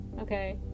Okay